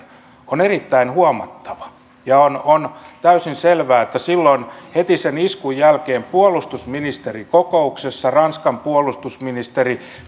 on erittäin huomattava on on täysin selvää että heti sen iskun jälkeen puolustusministerikokouksessa ranskan puolustusministeri